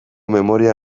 memoria